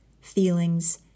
feelings